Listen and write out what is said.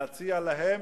להציע להם